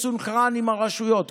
מסונכרן עם הרשויות.